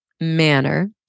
manner